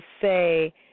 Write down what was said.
say